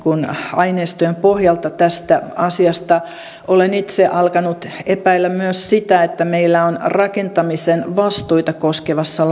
aineistojen pohjalta tästä asiasta olen itse alkanut epäillä myös sitä että meillä on rakentamisen vastuita koskevassa